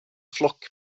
flock